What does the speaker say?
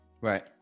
Right